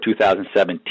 2017